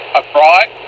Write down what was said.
abroad